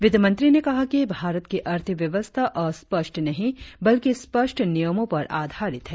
वित्त मंत्री ने कहा कि भारत की अर्थ व्यवस्था अस्पष्ट नहीं बल्कि स्पस्ट नियमों पर आधारित है